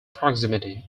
proximity